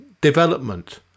development